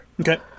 Okay